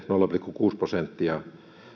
nolla pilkku kuusi prosenttia